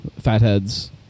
fatheads